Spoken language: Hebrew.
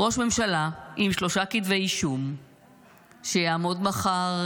ראש ממשלה עם שלושה כתבי אישום שיעמוד מחר